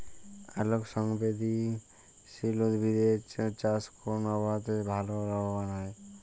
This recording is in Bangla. আলোক সংবেদশীল উদ্ভিদ এর চাষ কোন আবহাওয়াতে ভাল লাভবান হয়?